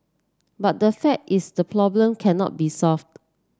but the fact is the problem cannot be solved